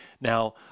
Now